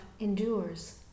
endures